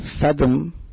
Fathom